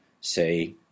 say